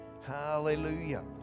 Hallelujah